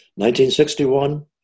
1961